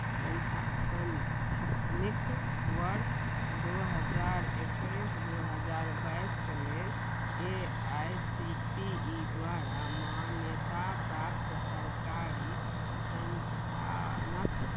सन सन छनिक वर्ष दू हजार एक्कैस दू हजार बाइस के लेल A I C T E द्वारा मान्यताप्राप्त सरकरी संस्थानक